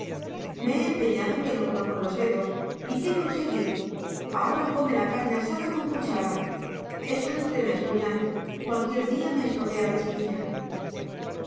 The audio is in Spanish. me he empeñado en que no coma con los dedos y qué conseguí ahora come la carne asada con cuchara es un entremés julián cualquier día me estropea la chiquilla